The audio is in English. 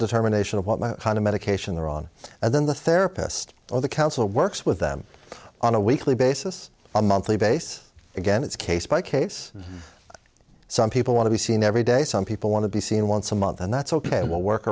determination of what kind of medication they're on and then the therapist or the council works with them on a weekly basis a monthly basis again it's case by case some people want to be seen every day some people want to be seen once a month and that's ok it will work